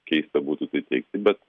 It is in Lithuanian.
keista būtų tai teigti bet